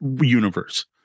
universe